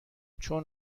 چون